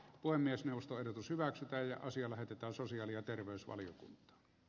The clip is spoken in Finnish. voi myös nostaa joku syvä kipeä asia lähetetään sosiaali ja terveysvaliokunta